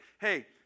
Hey